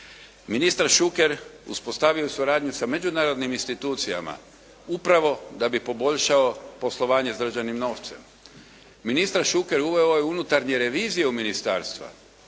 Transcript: Ministar Šuker uspostavio je suradnju sa međunarodnim institucijama upravo da bi poboljšao poslovanje s državnim novcem. Ministar Šuker uveo je unutarnje revizije u ministarstva.